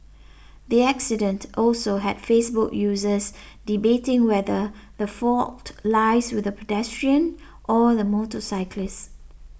the accident also had Facebook users debating whether the fault lies with the pedestrian or the motorcyclist